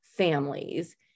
families